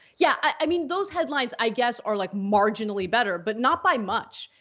yeah, i mean, those headlines, i guess, are like marginally better but not by much.